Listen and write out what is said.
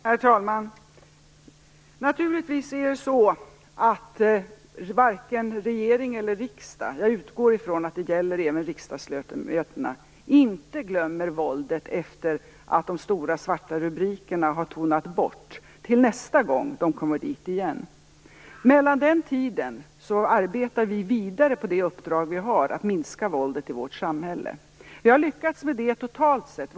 Herr talman! Naturligtvis glömmer varken regeringen eller riksdagen - jag utgår från att det även gäller riksdagsledamöterna - våldet efter det att de stora svarta rubrikerna har tonat bort fram till nästa gång de syns. Tiden däremellan arbetar vi vidare på det uppdrag som vi har att minska våldet i vårt samhälle. Vi har totalt sett lyckats med det.